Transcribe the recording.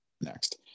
next